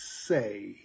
say